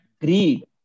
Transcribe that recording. greed